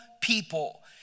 people